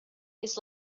his